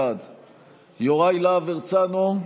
בעד יוראי להב הרצנו,